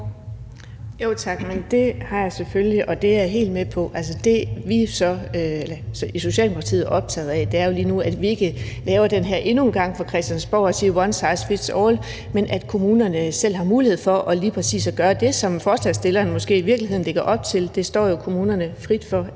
(S): Tak. Men det har jeg selvfølgelig, og det er jeg helt med på. Altså, det, vi i Socialdemokratiet så er optaget af lige nu, er jo, at vi ikke endnu en gang laver den her løsning fra Christiansborg, hvor vi siger one size fits all, men at kommunerne selv har mulighed for gøre lige præcis det, som forslagsstilleren måske i virkeligheden lægger op til. Det står jo kommunerne frit for